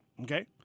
okay